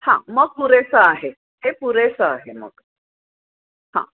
हां मग पुरेसं आहे हे पुरेसं आहे मग हां